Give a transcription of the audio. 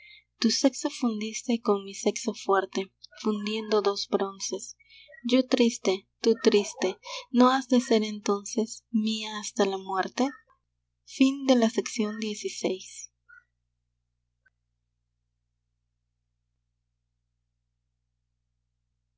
tu sexo fundiste con mi sexo fuerte fundiendo dos bronces yo triste tu triste no has de ser entonces mía hasta la muerte